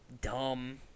dumb